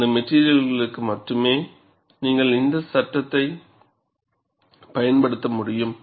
அந்த மெட்டிரியல்களுக்கு மட்டுமே நீங்கள் இந்த சட்டத்தை பயன்படுத்த முடியும்